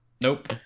Nope